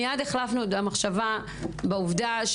מיד התחלפה המחשבה בעובדה,